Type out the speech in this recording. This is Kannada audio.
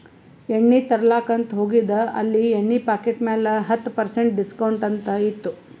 ಎಣ್ಣಿ ತರ್ಲಾಕ್ ಅಂತ್ ಹೋಗಿದ ಅಲ್ಲಿ ಎಣ್ಣಿ ಪಾಕಿಟ್ ಮ್ಯಾಲ ಹತ್ತ್ ಪರ್ಸೆಂಟ್ ಡಿಸ್ಕೌಂಟ್ ಅಂತ್ ಇತ್ತು